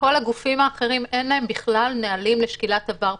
לכל הגופים האחרים אין בכלל נהלים לשקילת עבר פלילי.